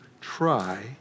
try